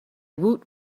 woot